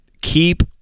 keep